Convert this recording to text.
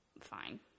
Fine